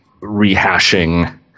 rehashing